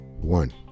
One